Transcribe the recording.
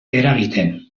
eragiten